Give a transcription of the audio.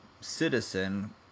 citizen